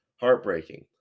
heartbreaking